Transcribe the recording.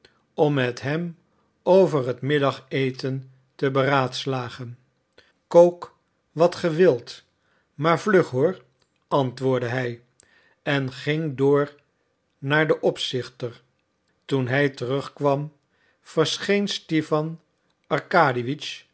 om met hem over het middageten te beraadslagen kook wat ge wilt maar vlug hoor antwoordde hij en ging door naar den opzichter toen hij terugkwam verscheen